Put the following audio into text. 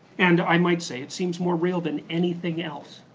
and i might say it seems more real than anything else.